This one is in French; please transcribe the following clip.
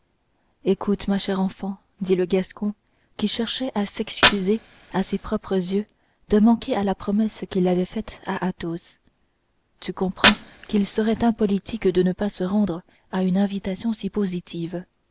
écoute ma chère enfant dit le gascon qui cherchait à s'excuser à ses propres yeux de manquer à la promesse qu'il avait faite à athos tu comprends qu'il serait impolitique de ne pas se rendre à une invitation si positive